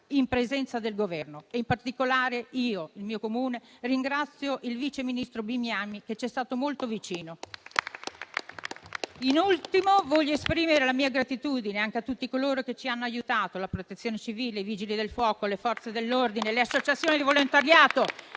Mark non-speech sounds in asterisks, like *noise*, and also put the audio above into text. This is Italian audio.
in presenza del Governo. In particolare, per il mio Comune ringrazio il vice ministro Bignami, che ci è stato molto vicino. *applause* Voglio esprimere infine la mia gratitudine anche a tutti coloro che ci hanno aiutato: la Protezione civile, i Vigili del fuoco, le Forze dell'ordine, le associazioni di volontariato